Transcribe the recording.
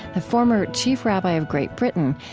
the former chief rabbi of great britain,